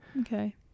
okay